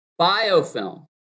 biofilm